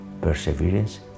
perseverance